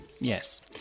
yes